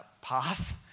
path